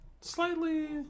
Slightly